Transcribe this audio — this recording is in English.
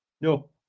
No